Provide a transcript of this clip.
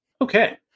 Okay